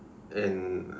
and